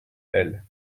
elle